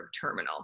terminal